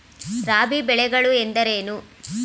ರಾಬಿ ಬೆಳೆಗಳು ಎಂದರೇನು?